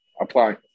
apply